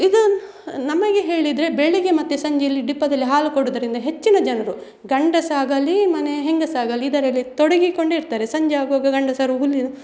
ಇದೊಂದು ನಮಗೆ ಹೇಳಿದರೆ ಬೆಳಗ್ಗೆ ಮತ್ತೆ ಸಂಜೆ ಇಲ್ಲಿ ಡಿಪ್ಪೋದಲ್ಲಿ ಹಾಲು ಕೊಡುವುದರಿಂದ ಹೆಚ್ಚಿನ ಜನರು ಗಂಡಸಾಗಲಿ ಮನೆಯ ಹೆಂಗಸಾಗಲಿ ಇದರಲ್ಲಿ ತೊಡಗಿಕೊಂಡಿರ್ತಾರೆ ಸಂಜೆ ಆಗುವಾಗ ಗಂಡಸರು ಹುಲ್ಲಿನ